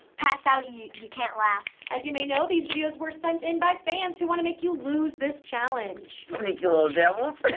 pass out, you you can't laugh. as you may know, these videos were sent in by fans who wanna make you lose this challenge. sneaky little devils.